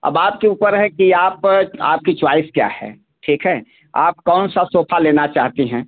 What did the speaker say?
अब आपके ऊपर है कि आप आपकी च्वाइस क्या है ठीक है आप कौन सा सोफा लेना चाहती हैं